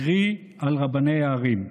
קרי על רבני הערים.